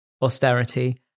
austerity